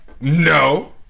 No